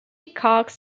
cox